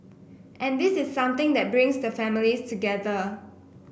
and this is something that brings the families together